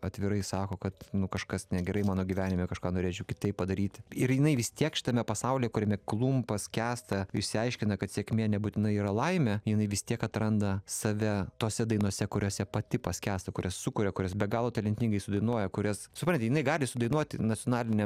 atvirai sako kad kažkas negerai mano gyvenime kažką norėčiau kitaip padaryti ir jinai vis tiek šitame pasaulyje kuriame klumpa skęsta išsiaiškina kad sėkmė nebūtinai yra laimė jinai vis tiek atranda save tose dainose kuriose pati paskęsta kurias sukuria kurias be galo talentingai sudainuoja kurias supranti jinai gali sudainuoti nacionalinę